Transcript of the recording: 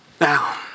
Now